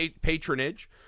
patronage